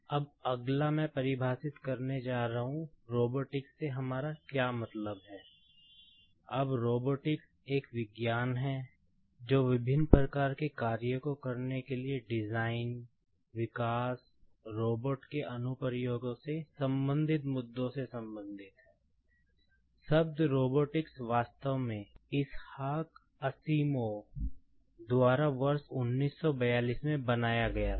अब अगला मैं परिभाषित करने जा रहा हूं रोबोटिक्स द्वारा वर्ष 1942 में बनाया गया था